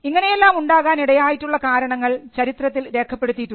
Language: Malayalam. ഇങ്ങനെയെല്ലാം ഉണ്ടാകാൻ ഇടയായിട്ടുള്ള കാരണങ്ങൾ ചരിത്രത്തിൽ രേഖപ്പെടുത്തപ്പെട്ടിട്ടുണ്ട്